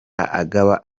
agaba